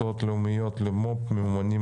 רק 9% מההוצאות הלאומיות למו"פ ממומנות